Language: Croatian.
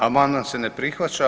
Amandman se ne prihvaća.